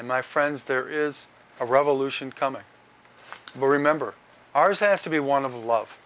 and my friends there is a revolution coming we'll remember ours has to be one of love